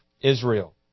Israel